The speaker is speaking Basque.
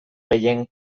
gehien